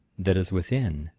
that is within,